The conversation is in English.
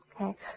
okay